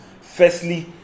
firstly